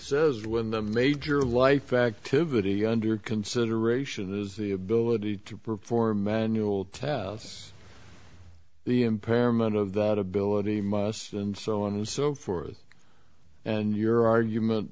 when the major life activity under consideration is the ability to perform manual the impairment of that ability must and so on and so forth and your argument